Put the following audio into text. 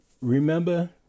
Remember